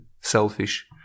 selfish